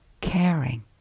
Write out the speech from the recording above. Caring